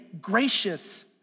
gracious